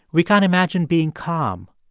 we can't imagine being calm.